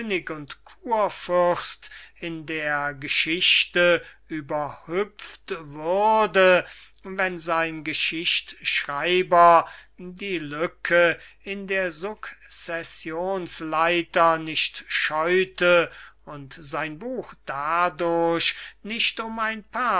in der geschichte überhüpft würde wenn sein geschichtschreiber die lücke in der successions leiter nicht scheute und sein buch dadurch nicht um ein paar